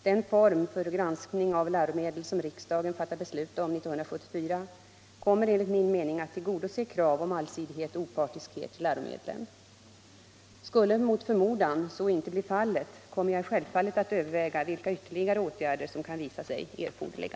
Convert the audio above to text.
Den form för granskning av läromedel som riksdagen fattade beslut om 1974 kommer enligt min mening att tillgodase krav om allsidighet och opartiskhet i läromedlen. Skulle mot förmodan så inte bli fallet kommer jag självfallet att överväga vilka ytterligare åtgärder som kan visa sig erforderliga.